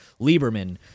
lieberman